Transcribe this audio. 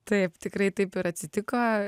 taip tikrai taip ir atsitiko